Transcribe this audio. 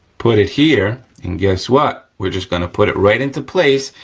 put it here. and guess what, we're just gonna put it right into place,